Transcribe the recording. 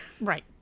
Right